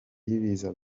y’ibiza